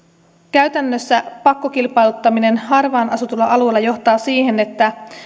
käytännössä pakkokilpailuttaminen harvaan asutulla alueella johtaa siihen että